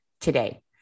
today